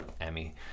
Emmy